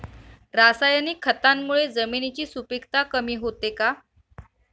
रासायनिक खतांमुळे जमिनीची सुपिकता कमी होते का?